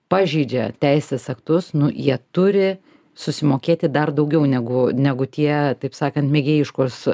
pažeidžia teisės aktus nu jie turi susimokėti dar daugiau negu negu tie taip sakant mėgėjiškos